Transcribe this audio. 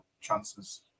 chances